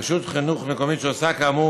רשות חינוך מקומית שעושה כאמור,